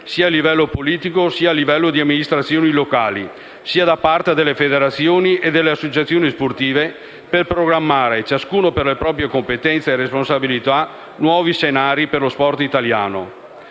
sia a livello politico, sia a livello di amministrazioni locali, sia da parte delle federazioni e delle associazioni sportive per programmare, ciascuno per le proprie competenze e responsabilità nuovi scenari per lo sport italiano.